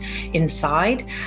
inside